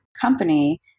company